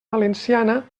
valenciana